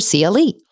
CLE